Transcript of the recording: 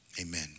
amen